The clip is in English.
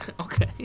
Okay